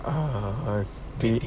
(uh huh)